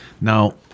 Now